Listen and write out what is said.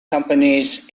companies